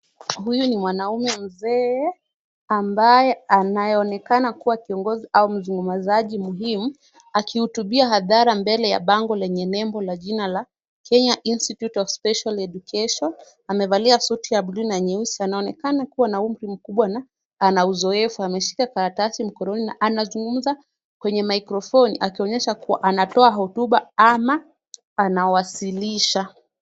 Huyu ni mwanamume mzee ambaye anaonekana kuwa kiongozi au mzungumzaji muhimu, akihutubia hadhara mbele ya bango lenye nembo ya jina, Kenya Institute of Special Education, amevalia suti ya blue na nyeusi, anaonekana kuwa umri mkubwa na ana uzoefu, ameshika karatasi mkononi na anazungumza kwenye microphone akionyesha kuwa anatoa hotuba ama anawasilisha.